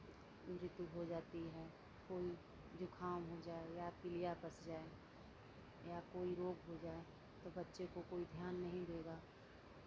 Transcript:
मृत्यु हो जाती है कोई ज़ुकाम हो जाए या पीलिया पस जाए या कोई रोग हो जाए तो बच्चे को कोई ध्यान नहीं देगा